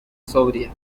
sobria